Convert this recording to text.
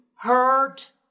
Hurt